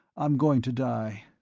i'm going to die.